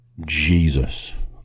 Jesus